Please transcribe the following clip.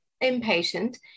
impatient